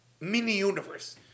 mini-universe